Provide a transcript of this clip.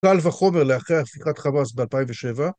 קל וחומר לאחרי הפיכת חמאס ב-2007